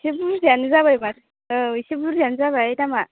एसे बुरजायानो जाबाय माथो औ एसे बुरजायानो जाबाय दामा